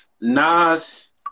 Nas